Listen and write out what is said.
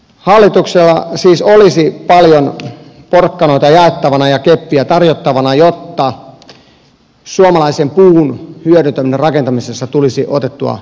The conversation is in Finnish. hallituksella siis olisi paljon porkkanoita jaettavana ja keppiä tarjottavana jotta suomalaisen puun hyödyntäminen rakentamisessa tulisi otettua vakavammin